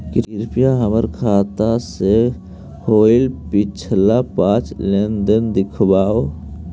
कृपा हमर खाता से होईल पिछला पाँच लेनदेन दिखाव